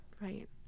right